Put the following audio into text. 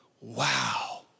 wow